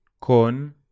con